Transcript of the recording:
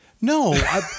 No